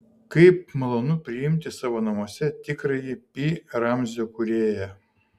kaip malonu priimti savo namuose tikrąjį pi ramzio kūrėją